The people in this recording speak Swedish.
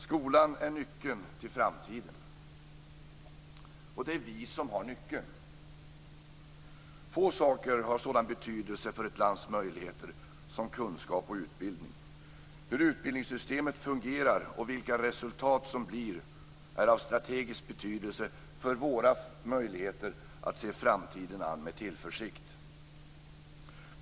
Skolan är nyckeln till framtiden, och det är vi som har nyckeln. Få saker har sådan betydelse för ett lands möjligheter som kunskap och utbildning. Hur utbildningssystemet fungerar och vilka resultat som blir är av strategisk betydelse för våra möjligheter att se framtiden an med tillförsikt.